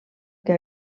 que